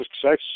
success